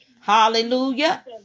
Hallelujah